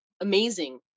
amazing